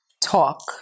talk